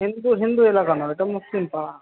হিন্দু হিন্দু এলাকা নয় এটা মুসলিম পাড়া